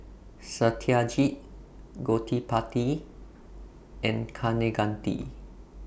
Satyajit Gottipati and Kaneganti